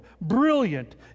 brilliant